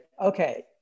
okay